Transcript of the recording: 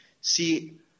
see